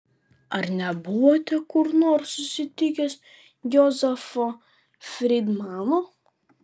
ar nebuvote kur nors susitikęs jozefo frydmano